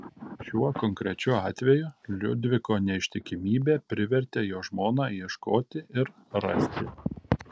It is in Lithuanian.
šiuo konkrečiu atveju liudviko neištikimybė privertė jo žmoną ieškoti ir rasti